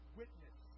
witness